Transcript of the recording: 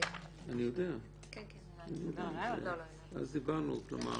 אז דיברנו, כלומר